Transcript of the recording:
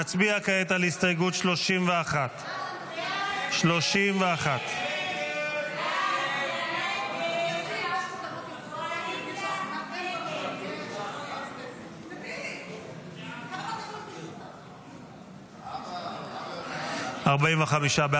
נצביע כעת על הסתייגות 31. 31. הסתייגות 31 לא נתקבלה.